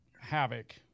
Havoc